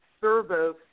service